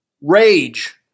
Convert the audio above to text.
rage